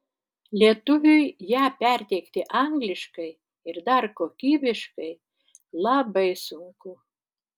lietuviui ją perteikti angliškai ir dar kokybiškai labai sunku